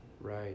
right